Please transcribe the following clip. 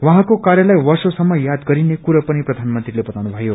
उहाँको कार्यलाई वर्शे सम्म याद गरिने कुरो पनि प्रयानमंत्रील बताउनुमयो